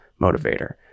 motivator